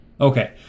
Okay